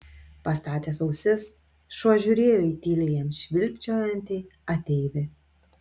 pastatęs ausis šuo žiūrėjo į tyliai jam švilpčiojantį ateivį